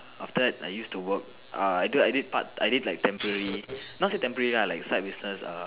after that I used to work uh I did I did part I did like temporary not say temporary lah like side business err